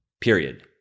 period